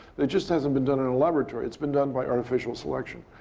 it just hasn't been done in a laboratory. it's been done by artificial selection,